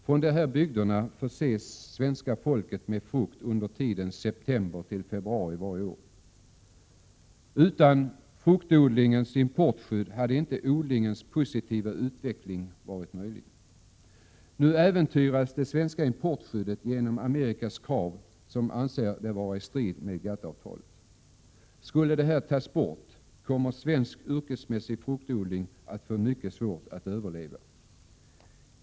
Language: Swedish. Från dessa bygder förses svenska folket med frukt under tiden september till februari varje år. Utan fruktodlingens importskydd hade inte odlingens positiva utveckling varit möjlig. Nu äventyras det svenska importskyddet genom Amerikas krav som går ut på att detta är i strid med GATT-avtalet. Skulle skyddet tas bort, kommer svensk yrkesmässig fruktodling att få mycket svårt att överleva.